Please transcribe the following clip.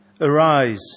Arise